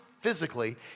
physically